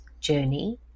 journey